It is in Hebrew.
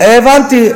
את זה הבנתי.